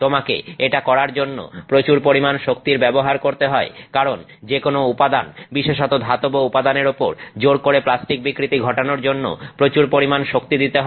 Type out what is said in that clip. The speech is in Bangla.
তোমাকে এটা করার জন্য প্রচুর পরিমাণ শক্তির ব্যবহার করতে হয় কারণ যে কোন উপাদান বিশেষত ধাতব উপাদানের উপর জোর করে প্লাস্টিক বিকৃতি ঘটানোর জন্য প্রচুর শক্তি দিতে হয়